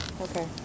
Okay